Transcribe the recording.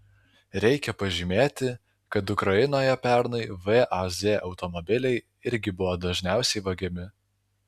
reikia pažymėti kad ukrainoje pernai vaz automobiliai irgi buvo dažniausiai vagiami